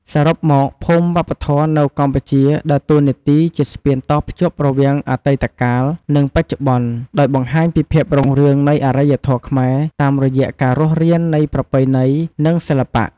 សរុបមក ភូមិវប្បធម៌នៅកម្ពុជាដើរតួនាទីជាស្ពានតភ្ជាប់រវាងអតីតកាល និងបច្ចុប្បន្នដោយបង្ហាញពីភាពរុងរឿងនៃអរិយធម៌ខ្មែរតាមរយៈការរស់រាននៃប្រពៃណី និងសិល្បៈ។